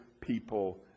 people